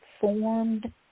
formed